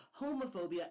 homophobia